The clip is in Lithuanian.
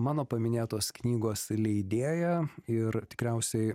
mano paminėtos knygos leidėja ir tikriausiai